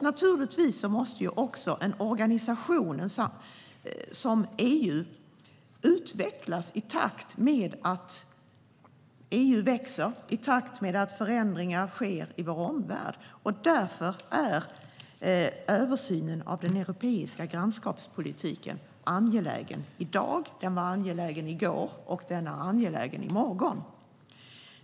Naturligtvis måste också en organisation som EU utvecklas i takt med att EU växer och i takt med att förändringarna sker i vår omvärld. Därför är översynen av den europeiska grannskapspolitiken angelägen. Den är angelägen i dag, den var angelägen i går och den kommer att vara angelägen i morgon.